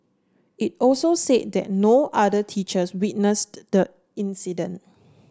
it also say that no other teachers witnessed the incident